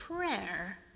prayer